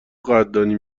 قدردانی